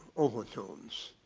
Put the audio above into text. overtones.